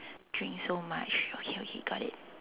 drink so much okay okay got it